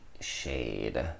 shade